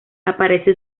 aparece